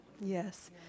Yes